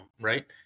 right